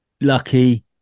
lucky